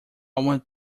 won’t